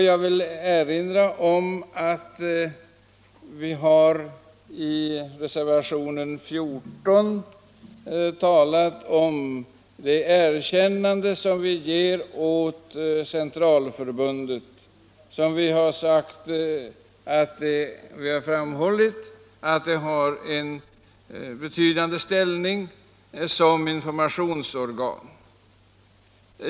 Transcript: Jag vill med anledning av reservationen 14 erinra om det erkännande som vi ger Centralförbundet för alkoholoch narkotikaupplysning. Vi har framhållit att CAN har en betydande ställning som informationsorgan.